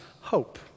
hope